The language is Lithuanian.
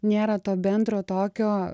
nėra to bendro tokio